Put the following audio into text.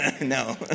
no